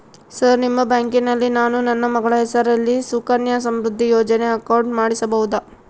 Sir ನಿಮ್ಮ ಬ್ಯಾಂಕಿನಲ್ಲಿ ನಾನು ನನ್ನ ಮಗಳ ಹೆಸರಲ್ಲಿ ಸುಕನ್ಯಾ ಸಮೃದ್ಧಿ ಯೋಜನೆ ಅಕೌಂಟ್ ಮಾಡಿಸಬಹುದಾ?